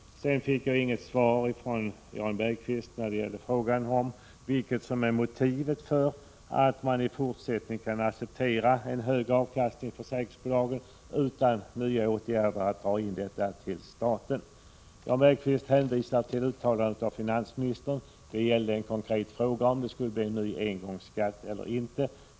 Jag fick inget svar från Jan Bergqvist på frågan om vad som är motivet för att man i fortsättningen skall acceptera en högre avkastning för försäkringsbolagen utan nya åtgärder för att dra in avkastningen till staten. Jan Bergqvist hänvisar till uttalandet av Kjell-Olof Feldt. Det gällde en konkret fråga om det skulle bli en ny engångsskatt eller inte.